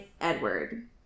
Edward